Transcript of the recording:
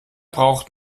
braucht